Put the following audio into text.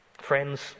Friends